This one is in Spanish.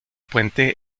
puente